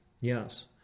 yes